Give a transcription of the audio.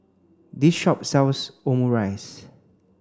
this shop sells Omurice